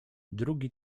drugi